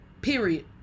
period